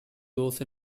those